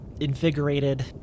invigorated